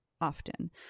often